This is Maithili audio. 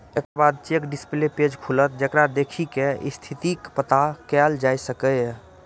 एकर बाद चेक डिस्प्ले पेज खुलत, जेकरा देखि कें स्थितिक पता कैल जा सकैए